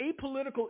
apolitical